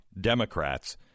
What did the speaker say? Democrats